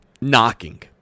knocking